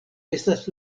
estas